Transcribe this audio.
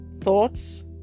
thoughts